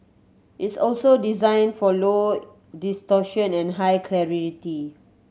it's also designed for low distortion and high clarity